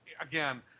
again